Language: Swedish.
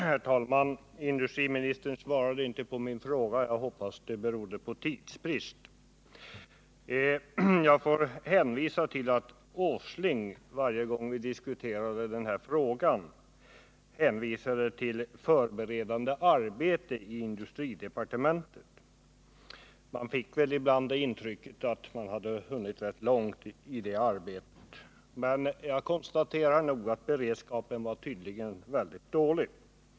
Herr talman! Industriministern svarade inte på min fråga; jag hoppas det berodde på tidsbrist. Jag vill hänvisa till att Nils Åsling, varje gång vi diskuterade den här frågan, hänvisade till ett förberedande arbete i industridepartementet. Man fick ibland det intrycket att arbetet hunnit rätt långt. Men jag konstaterar att beredskapen tydligen var väldigt dålig.